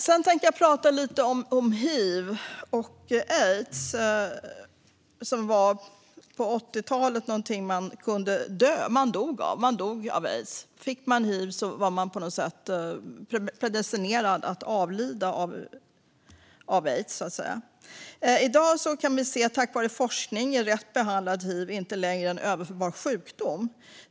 Sedan tänkte jag prata lite om hiv och aids, som på 80-talet var något man dog av. Om man fick hiv var man på något sätt predestinerad att avlida av aids. I dag kan vi tack vare forskning se att rätt behandlad hiv inte längre är en överförbar sjukdom.